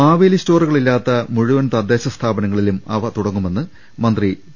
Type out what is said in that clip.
മാവേലി സ്റ്റോറുകൾ ഇല്ലാത്ത മുഴുവൻ തദ്ദേശ സ്ഥാപനങ്ങ ളിലും അവ തുടങ്ങുമെന്ന് മന്ത്രി പി